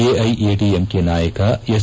ಎಐಎಡಿಎಂಕೆ ನಾಯಕ ಎಸ್